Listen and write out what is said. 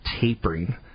tapering